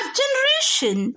generation